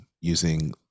using